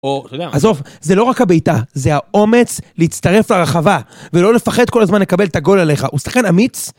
עזוב, זה לא רק הבעיטה, זה האומץ להצטרף לרחבה ולא לפחד כל הזמן לקבל את הגול עליך, הוא שכן אמיץ.